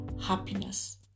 happiness